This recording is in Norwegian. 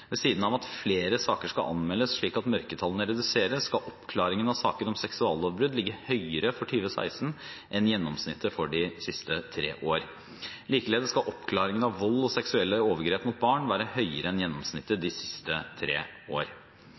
Ved siden av at flere saker skal anmeldes, slik at mørketallene reduseres, skal oppklaringen av saker om seksuallovbrudd ligge høyere for 2016 enn gjennomsnittet for de siste tre år. Likeledes skal oppklaringen av vold og seksuelle overgrep mot barn være høyere enn gjennomsnittet de siste tre år.